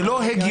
זה לא הגיוני.